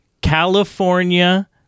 California